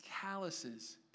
calluses